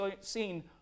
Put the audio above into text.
seen